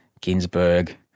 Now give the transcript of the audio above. Ginsburg